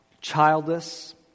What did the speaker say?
childless